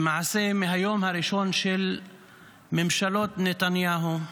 למעשה, מהיום הראשון של ממשלות נתניהו,